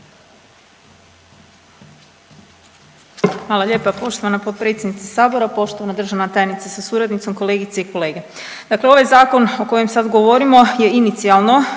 Hvala lijepa poštovana potpredsjednice sabora. Poštovana državna tajnice sa suradnicom, kolegice i kolege, dakle ovaj zakon o kojem sad govorimo je inicijalno